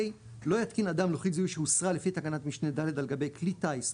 (ה)לא יתקין אדם לוחית זיהוי שהוסרה לפי תקנת משנה (ד) על גבי כלי טיס,